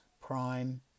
prime